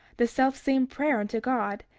the selfsame prayer unto god,